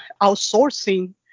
outsourcing